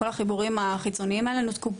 כל החיבורים החיצוניים האלה נותקו.